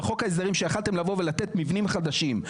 בחוק ההסדרים שיכולתם לבוא ולתת מבנים חדשים,